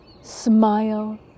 Smile